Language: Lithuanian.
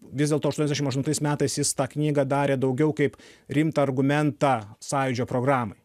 vis dėlto aštuoniasdešim aštuntais metais jis tą knygą darė daugiau kaip rimtą argumentą sąjūdžio programai